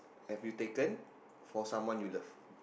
have you taken for someone you love